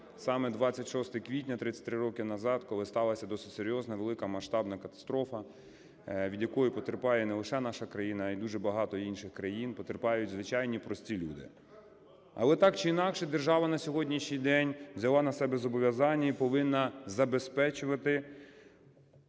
саме 26 квітня, 33 роки назад, коли сталася досить серйозна велика, масштабна катастрофа, від якої потерпає не лише наша країна, а і дуже багато інших країн, потерпають звичайні прості люди. Але, так чи інакше, держава на сьогоднішній день взяла на себе зобов'язання і повинна забезпечувати